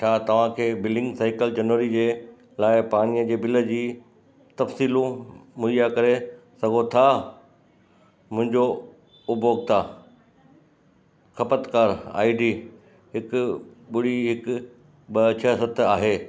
छा तव्हांखे billing cycle जनवरी जे लाइ पाणीअ जे बिल जी तफ़सीलु मुहया करे सघो था मुंहिंजो उपभोक्ता खपतकार आई डी हिकु ॿुड़ी हिकु ॿ छह सत आहे